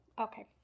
Okay